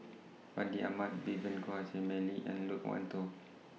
Fandi Ahmad Vivien Quahe Seah Mei Lin and Loke Wan Tho